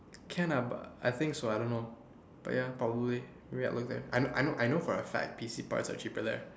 can ah but I think so I don't know but ya probably I know I know I know for a fact P_C parts are cheaper there